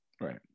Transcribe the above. right